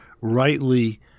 rightly